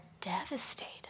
devastated